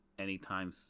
anytime